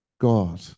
God